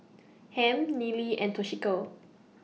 Hamp Neely and Toshiko